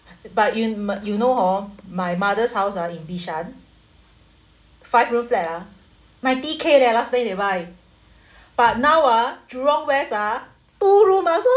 but you mat~ you know hor my mother's house ah in bishan five room flat ah ninety K leh last time they buy but now ah jurong west ah two room ah so